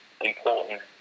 important